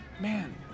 man